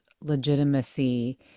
legitimacy